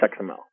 XML